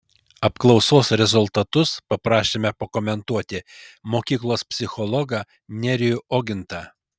apklausos rezultatus paprašėme pakomentuoti mokyklos psichologą nerijų ogintą